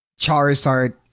Charizard